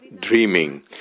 dreaming